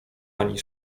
ani